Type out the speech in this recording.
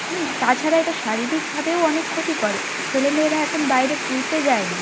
হুম তাছাড়া এটা শারীরিকভাবেও অনেক ক্ষতি করে ছেলে মেয়েরা এখন বাইরে ঘুরতে যায় না